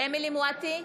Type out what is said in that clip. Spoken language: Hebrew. אמילי חיה מואטי,